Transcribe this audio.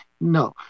no